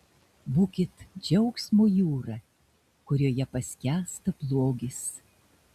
būkit džiaugsmo jūra kurioje paskęsta blogis